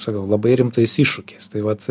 sakau labai rimtais iššūkiais tai vat